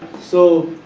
so,